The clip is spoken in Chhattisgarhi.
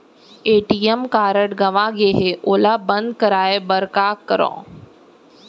ए.टी.एम कारड गंवा गे है ओला बंद कराये बर का करंव?